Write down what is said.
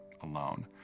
alone